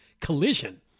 collision